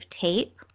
tape